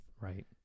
right